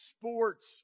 sports